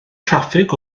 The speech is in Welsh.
traffig